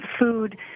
Food